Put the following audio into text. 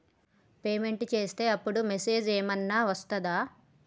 Payment చేసే అప్పుడు message ఏం ఐనా వస్తదా?